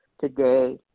today